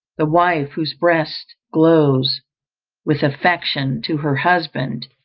the wife, whose breast glows with affection to her husband,